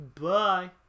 Bye